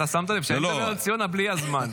שמת לב שאני מדבר על ציונה בלי הזמן.